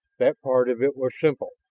that part of it was simple.